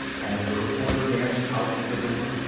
as the reporter dashed out of the door,